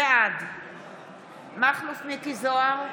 בעד מכלוף מיקי זוהר,